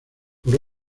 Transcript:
por